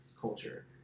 culture